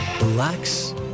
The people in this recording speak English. Relax